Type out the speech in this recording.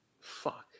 Fuck